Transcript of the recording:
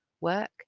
Work